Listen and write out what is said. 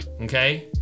Okay